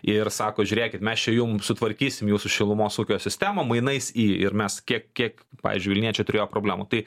ir sako žiūrėkit mes čia jum sutvarkysim jūsų šilumos ūkio sistemą mainais į ir mes kiek kiek pavyzdžiui vilniečiai turėjo problemų tai